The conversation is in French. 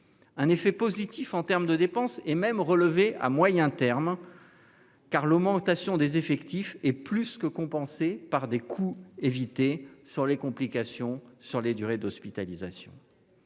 Un effet positif en termes de dépenses est même relevé à moyen terme, car l'augmentation des effectifs est plus que compensée par les coûts évités grâce à la diminution du nombre de complications